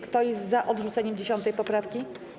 Kto jest za odrzuceniem 10. poprawki?